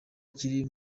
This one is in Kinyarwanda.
kiri